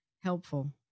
helpful